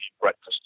breakfast